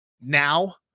now